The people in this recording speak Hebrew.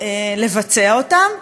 לבצע אותן,